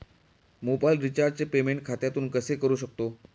Mobile रिचार्जचे payment खात्यातून कसे करू शकतो?